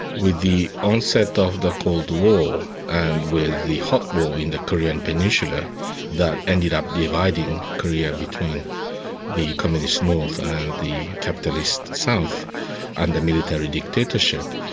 with the onset of the cold war and with the hot war in the korean peninsula that ended up dividing korea between the communist north and the capitalist south and under military dictatorship,